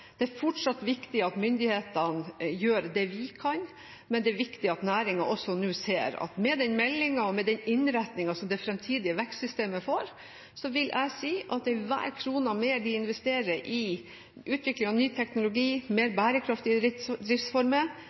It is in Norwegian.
Det er fortsatt viktig at myndighetene gjør det vi kan, men det er også viktig at næringen nå ser, ut fra denne meldingen, at med den innretningen som det fremtidige vekstsystemet får, vil enhver krone mer som de investerer i utvikling av ny teknologi og mer bærekraftige driftsformer,